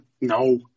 No